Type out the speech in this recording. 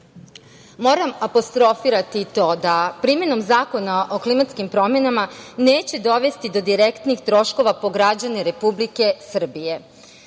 apostrofirati i to da primenom Zakona o klimatskim promenama neće dovesti do direktnih troškova po građane Republike Srbije.